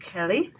Kelly